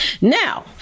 Now